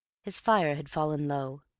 his fire had fallen low.